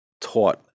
taught